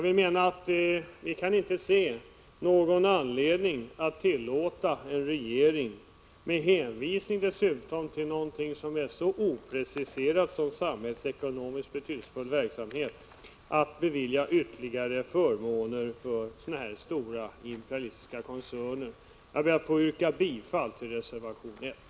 Vi kan inte se någon anledning att tillåta en regering att med hänvisning dessutom till någonting så opreciserat som ”samhällsekonomiskt betydelsefull verksamhet” bevilja ytterligare förmåner för sådana här stora imperialistiska koncerner. Fru talman! Jag yrkar bifall till reservation 1.